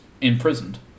imprisoned